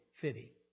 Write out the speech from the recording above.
city